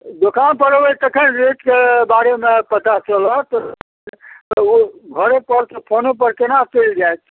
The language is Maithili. दोकानपर अएबै तखन रेटके बारेमे पता चलत ओ घरेपर तऽ फोनेपर कोना चलि जाएत